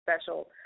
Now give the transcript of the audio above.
special